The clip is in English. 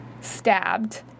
stabbed